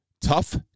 tough